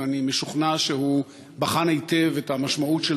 ואני משוכנע שהוא בחן היטב את המשמעות של